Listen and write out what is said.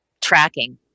tracking